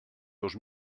dos